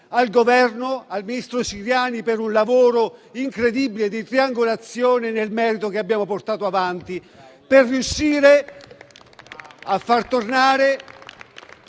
al Governo e al ministro Ciriani per un lavoro incredibile di triangolazione nel merito, che abbiamo portato avanti per riuscire a far tornare